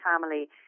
family